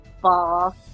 fall